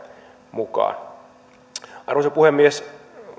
mukaan arvoisa puhemies